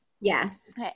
Yes